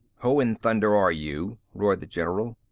who in thunder are you? roared the general.